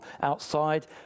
outside